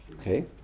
Okay